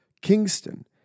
Kingston